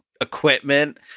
equipment